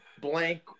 blank